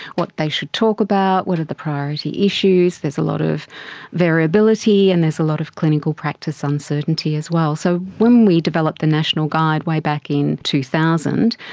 what they should talk about, what are the priority issues. there's a lot of variability and there's a lot of clinical practice uncertainty as well. so when we developed the national guide way back in two thousand,